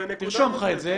תרשום לך את זה.